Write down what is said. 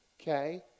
Okay